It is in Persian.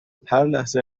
لحظه